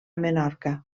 menorca